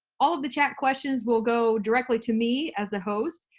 all of the chat questions will go directly to me as the host,